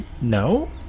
No